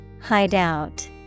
Hideout